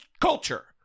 culture